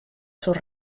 sus